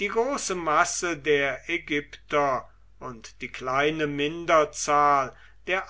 die große masse der ägypter und die kleine minderzahl der